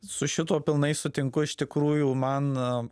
su šituo pilnai sutinku iš tikrųjų man